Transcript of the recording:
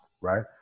Right